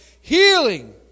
healing